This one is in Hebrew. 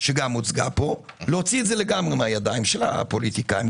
שיש להוציא את זה לגמרי מהידיים של הפוליטיקאים.